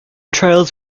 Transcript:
trials